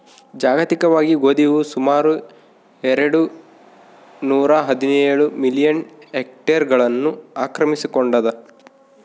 ಜಾಗತಿಕವಾಗಿ ಗೋಧಿಯು ಸುಮಾರು ಎರೆಡು ನೂರಾಹದಿನೇಳು ಮಿಲಿಯನ್ ಹೆಕ್ಟೇರ್ಗಳನ್ನು ಆಕ್ರಮಿಸಿಕೊಂಡಾದ